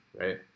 right